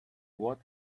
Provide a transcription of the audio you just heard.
what